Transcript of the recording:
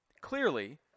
Clearly